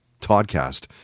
Toddcast